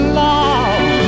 love